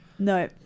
No